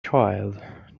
child